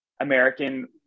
American